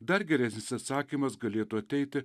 dar geresnis atsakymas galėtų ateiti